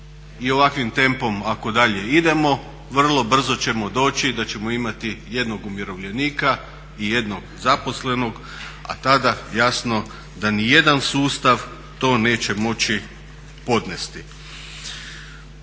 I ovakvim tempom ako dalje idemo vrlo brzo ćemo doći da ćemo imati jednog umirovljenika i jednog zaposlenog a tada jasno da niti jedan sustav to neće moći podnijeti.